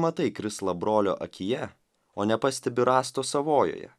matai krislą brolio akyje o nepastebi rąsto savojoje